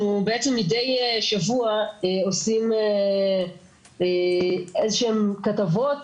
אנחנו בעצם מדי שבוע עושים איזשהן כתבות